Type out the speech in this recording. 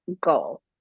goal